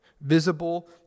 visible